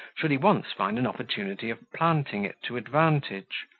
should he once find an opportunity of planting it to advantage.